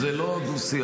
זה לא דו-שיח,